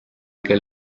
kel